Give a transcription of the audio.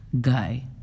guy